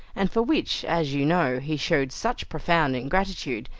and for which, as you know, he showed such profound ingratitude,